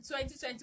2020